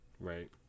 Right